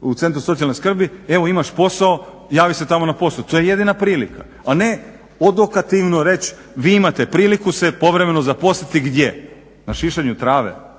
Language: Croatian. u Centru socijalne skrbi evo imaš posao, javi se tamo na posao. To je jedina prilika, a ne odokativno reći vi imate priliku se povremeno zaposliti gdje? Na šišanju trave